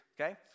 okay